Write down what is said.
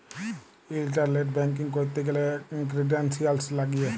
internet banking ক্যরতে গ্যালে credentials লাগিয়ে